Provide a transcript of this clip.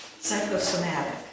Psychosomatic